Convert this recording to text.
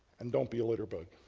and don't be a litterbug.